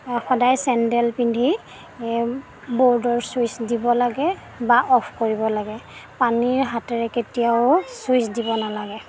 সদায় চেণ্ডেল পিন্ধি বৰ্ডৰ ছুইচ দিব লাগে বা অ'ফ কৰিব লাগে পানীৰ হাতেৰে কেতিয়াও ছুইচ দিব নালাগে